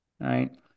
right